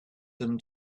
them